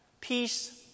Peace